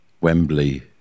Wembley